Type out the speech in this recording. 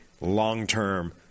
long-term